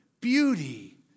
beauty